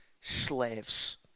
slaves